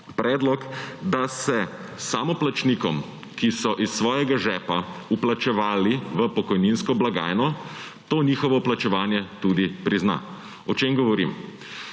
predlog, da se samoplačnikom, ki so iz svojega žepa vplačevali v pokojninsko blagajno, to njihovo plačevanje tudi prizna. O čem govorim?